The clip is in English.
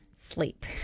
sleep